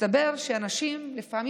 מסתבר שלפעמים